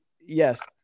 yes